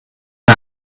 der